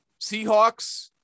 seahawks